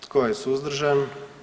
Tko je suzdržan?